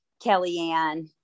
Kellyanne